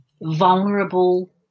vulnerable